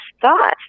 thought